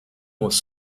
was